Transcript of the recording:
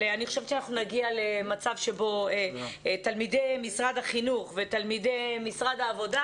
אני חושבת שנגיע למצב שבו תלמידי משרד החינוך ותלמידי משרד העבודה